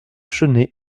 chennai